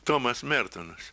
tomas mertonas